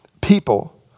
people